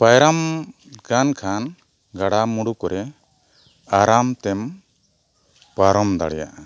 ᱯᱟᱭᱨᱟᱢ ᱠᱟᱱ ᱠᱷᱟᱱ ᱜᱟᱰᱟ ᱢᱩᱸᱰᱩ ᱠᱚᱨᱮ ᱟᱨᱟᱢ ᱛᱮᱢ ᱯᱟᱨᱚᱢ ᱫᱟᱲᱮᱭᱟᱜᱼᱟ